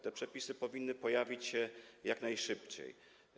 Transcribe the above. Te przepisy powinny pojawić się jak najszybciej.